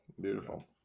Beautiful